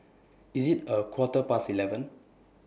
IS IT A Quarter Past eleven